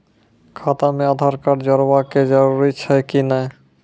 खाता म आधार कार्ड जोड़वा के जरूरी छै कि नैय?